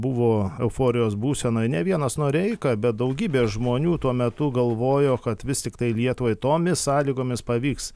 buvo euforijos būsenoj ne vienas noreika bet daugybė žmonių tuo metu galvojo kad vis tiktai vietoj tomis sąlygomis pavyks